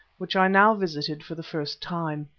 which i now visited for the first time.